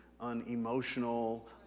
unemotional